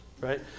right